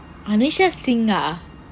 anisha singh ah